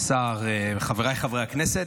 השר, חבריי חברי הכנסת,